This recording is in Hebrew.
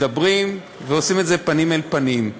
מדברים, ועושים את זה פנים אל פנים.